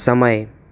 સમય